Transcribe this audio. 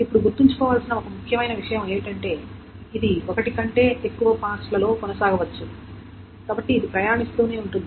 ఇప్పుడు గుర్తుంచుకోవలసిన ఒక ముఖ్యమైన విషయం ఏమిటంటే ఇది ఒకటి కంటే ఎక్కువ పాస్ లలో కొనసాగవచ్చు కాబట్టి ఇది ప్రయాణిస్తూనే ఉంటుంది